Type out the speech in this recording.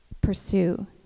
pursue